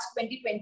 2020